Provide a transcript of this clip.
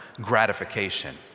gratification